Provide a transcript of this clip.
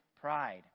pride